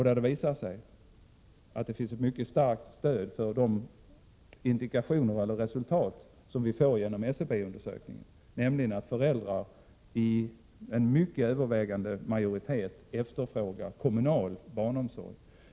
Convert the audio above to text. Det visade sig då att det finns ett mycket starkt stöd för vad SCB-undersökningen indikerar, nämligen att en övervägande del av föräldrarna efterfrågar kommunal barnomsorg.